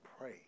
pray